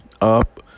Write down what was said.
up